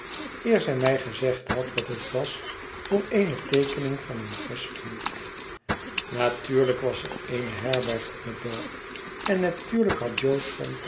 eer zij mij gezegd had wat het was voor eene teekening van een gesp hield natuurlijk was er eene herberg in het dorp en natuurlijk had jo